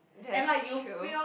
that's true